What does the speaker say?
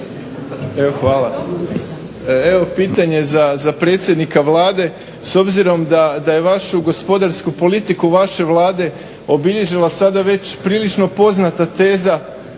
Hvala. Evo pitanje za predsjednika Vlade s obzirom da je vašu gospodarsku politiku vaše Vlade obilježila sada već prilično poznata teza